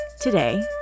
Today